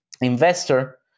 investor